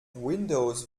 windows